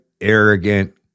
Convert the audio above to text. arrogant